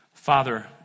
Father